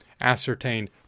ascertain